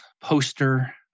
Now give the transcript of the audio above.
poster